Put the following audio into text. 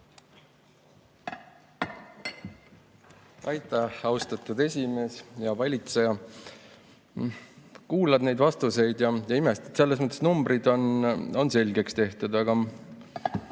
Aitäh, austatud esimees! Hea valitseja! Kuulan neid vastuseid ja imestan. Selles mõttes, et numbrid on selgeks tehtud. Aga